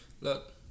Look